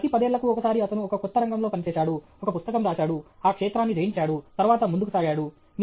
ప్రతి పదేళ్ళకు ఒకసారి అతను ఒక కొత్త రంగంలో పనిచేశాడు ఒక పుస్తకం రాశాడు ఆ క్షేత్రాన్ని జయించాడు తరువాత ముందుకు సాగాడు